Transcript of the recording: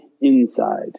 inside